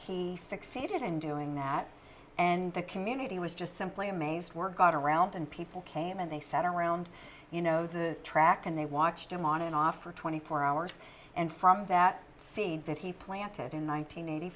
he succeeded in doing that and the community was just simply amazed word got around and people came and they sat around you know the track and they watched him on and off for twenty four hours and from that scene that he planted in